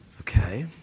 Okay